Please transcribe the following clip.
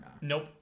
Nope